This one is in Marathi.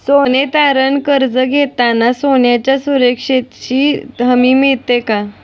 सोने तारण कर्ज घेताना सोन्याच्या सुरक्षेची हमी मिळते का?